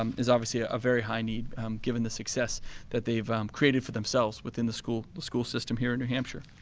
um is obviously a very high need given the success that they have created for themselves within the school school system here in new hampshire.